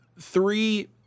three